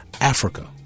Africa